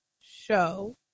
show